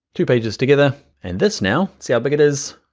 two pages together and this now, see how big it is?